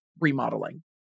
remodeling